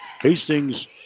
Hastings